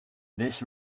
this